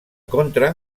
contra